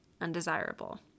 undesirable